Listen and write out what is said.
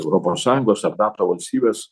europos sąjungos ar nato valstybes